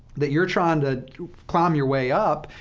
that you're trying to climb your way up,